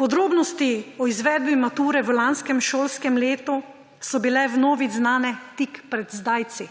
Podrobnosti o izvedbi mature v lanskem šolskem letu so bile vnovič znane tik pred zdajci.